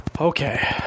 okay